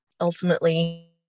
ultimately